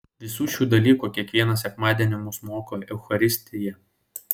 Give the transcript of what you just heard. visų šių dalykų kiekvieną sekmadienį mus moko eucharistija